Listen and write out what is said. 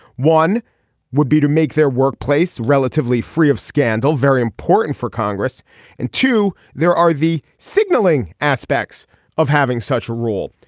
one would be to make their workplace relatively free of scandal very important for congress and to there are the so knowing aspects of having such a rule.